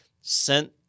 sent